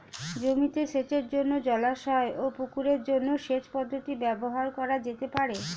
জমিতে সেচের জন্য জলাশয় ও পুকুরের জল সেচ পদ্ধতি ব্যবহার করা যেতে পারে?